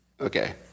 Okay